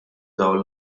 dawn